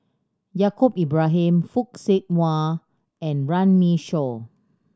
Yaacob Ibrahim Fock Siew Wah and Runme Shaw